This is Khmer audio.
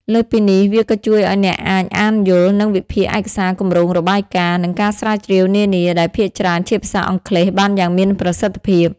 លើសពីនេះ វាក៏ជួយឱ្យអ្នកអាច អាន យល់ និងវិភាគឯកសារគម្រោងរបាយការណ៍ និងការស្រាវជ្រាវនានា ដែលភាគច្រើនជាភាសាអង់គ្លេសបានយ៉ាងមានប្រសិទ្ធភាព។